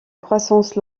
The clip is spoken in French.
croissance